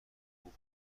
خوب